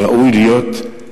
ראוי להיות,